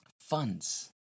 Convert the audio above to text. Funds